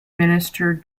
minister